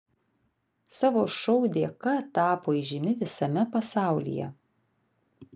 savo šou dėka tapo įžymi visame pasaulyje